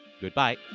goodbye